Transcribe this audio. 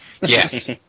Yes